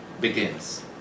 begins